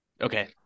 Okay